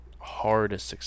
hardest